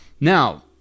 Now